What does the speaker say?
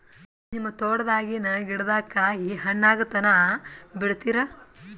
ನಿಮ್ಮ ತೋಟದಾಗಿನ್ ಗಿಡದಾಗ ಕಾಯಿ ಹಣ್ಣಾಗ ತನಾ ಬಿಡತೀರ?